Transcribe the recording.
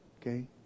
okay